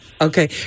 Okay